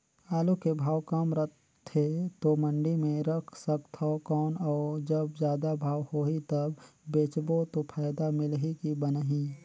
आलू के भाव कम रथे तो मंडी मे रख सकथव कौन अउ जब जादा भाव होही तब बेचबो तो फायदा मिलही की बनही?